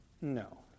No